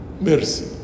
mercy